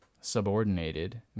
subordinated